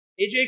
AJ